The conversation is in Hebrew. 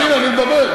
אז הנה, אני מדבר.